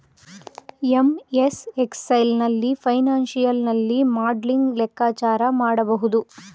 MS Excel ನಲ್ಲಿ financial ನಲ್ಲಿ modelling ಲೆಕ್ಕಾಚಾರ ಮಾಡಬಹುದು